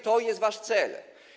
To jest wasz cel.